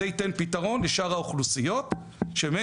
זה ייתן פתרון לשאר האוכלוסיות שבאמת